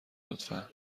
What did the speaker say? لطفا